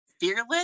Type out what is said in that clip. fearless